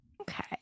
Okay